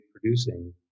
producing